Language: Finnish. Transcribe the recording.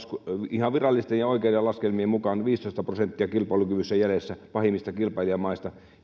ihan virallisten ja oikeiden laskelmien mukaan viisitoista prosenttia kilpailukyvyssä jäljessä pahimmista kilpailijamaista